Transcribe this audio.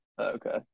Okay